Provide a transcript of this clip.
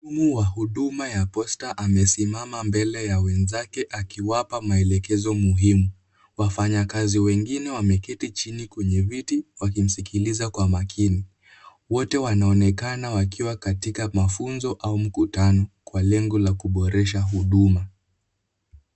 Mtu wa huduma ya posta amesimama mbele ya wenzake akiwapa maelezo muhimu. Wafanyakazi wengine wameketi chini kwenye viti wakimsikiliza kwa makini. Wote wanaonekana wakiwa katika mafunzo au mkutano wa lengo la kuboresha huduma.